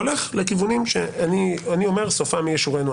הולך לכיוונים שאני אומר שסופם מי ישורנו.